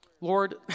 Lord